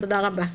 תודה רבה.